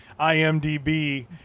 IMDb